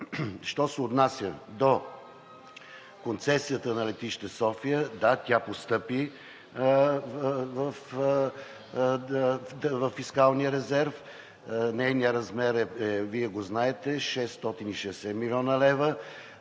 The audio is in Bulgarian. Що се отнася до концесията на летище София – да, тя постъпи във фискалния резерв. Нейният размер – Вие го знаете, е 660 млн. лв.